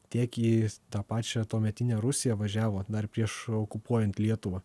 tiek į tą pačią tuometinę rusiją važiavo dar prieš okupuojant lietuvą